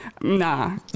Nah